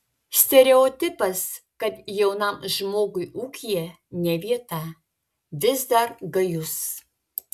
stereotipas kad jaunam žmogui ūkyje ne vieta vis dar gajus